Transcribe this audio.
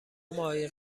ماهی